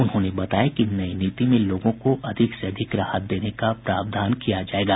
उन्होंने बताया कि नई नीति में लोगों को अधिक से अधिक राहत देने का प्रावधान सुनिश्चित किया जायेगा